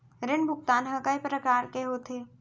ऋण भुगतान ह कय प्रकार के होथे?